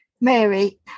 Mary